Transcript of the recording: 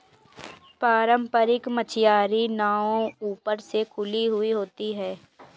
पारम्परिक मछियारी नाव ऊपर से खुली हुई होती हैं